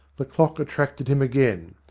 the clock attracted him again.